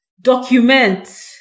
document